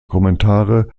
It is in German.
kommentare